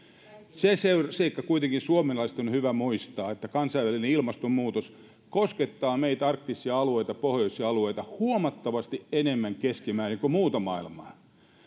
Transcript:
se se seikka kuitenkin suomalaisten on hyvä muistaa että kansainvälinen ilmastonmuutos koskettaa meitä arktisia alueita pohjoisia alueita huomattavasti enemmän keskimäärin kuin muuta maailmaa